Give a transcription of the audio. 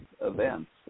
events